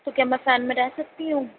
تو کیا میں فین میں رہ سکتی ہوں